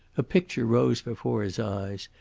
a picture rose before his eyes,